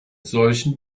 solchen